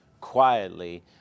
quietly